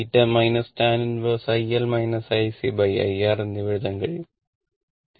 θ tan 1 iR എന്നിവ എഴുതാൻ കഴിയും